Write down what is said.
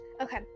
okay